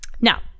now